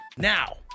Now